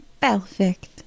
Perfect